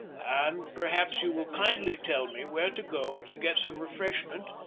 and perhaps you will kindly tell me where to go to get some refreshment,